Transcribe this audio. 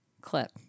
clip